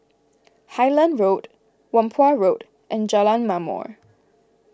Highland Road Whampoa Road and Jalan Ma'mor